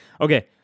Okay